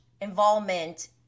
involvement